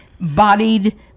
bodied